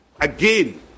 Again